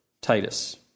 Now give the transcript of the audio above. Titus